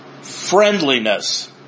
friendliness